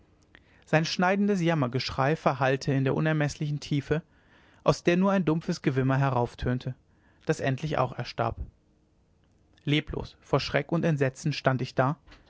sein schneidendes jammergeschrei verhallte in der unermeßlichen tiefe aus der nur ein dumpfes gewimmer herauftönte das endlich auch erstarb leblos vor schreck und entsetzen stand ich da